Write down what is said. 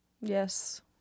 yes